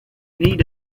need